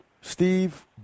Steve